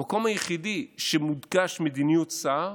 המקום היחידי שמודגשת בו מדיניות שר